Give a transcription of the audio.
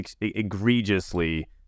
egregiously